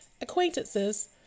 acquaintances